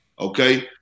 okay